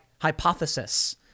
hypothesis